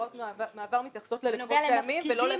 הוראות מעבר מתייחסות ללקוחות קיימים ולא לגמ"חים.